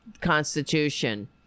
Constitution